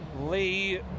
Lee